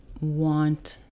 want